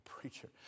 Preacher